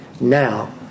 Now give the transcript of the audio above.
now